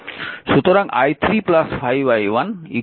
সুতরাং i3 5i1 i1